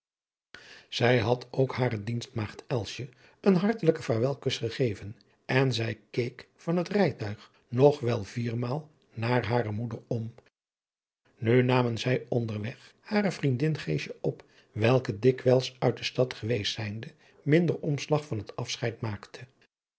zij had ook hare dienstmaagd elsje een hartelijken vaarwelkus gegeven en zij keek van het rijtuig nog wel viermaal naar hare moeder om nu namen zij onderweeg hare vriendin geesje op welke dikwijls uit de stad geweest zijnde minder omslag van het afscheid maakte